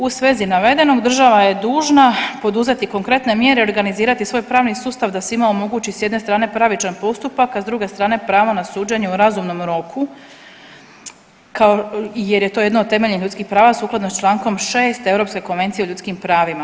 U svezi navedenog država je dužna poduzeti konkretne mjere i organizirati svoj pravni sustav da svima omogući, s jedne strane pravičan postupak, a s druge strane, pravo na suđenje u razumnom roku kao, jer je to jedno od temeljnih ljudskih prava sukladno čl. 6 Europske konvencije o ljudskim pravima.